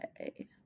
okay